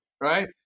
Right